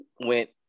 went